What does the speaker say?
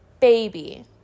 Baby